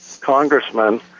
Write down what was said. congressman